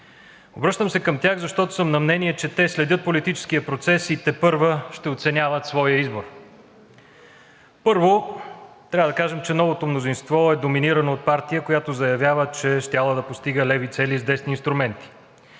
Обръщам се към тях, защото съм на мнение, че те следят политическия процес и тепърва ще оценяват своя избор. Първо, трябва да кажем, че новото мнозинство е доминирано от партия, която заявява, че щяла да постига леви цели с десни инструменти.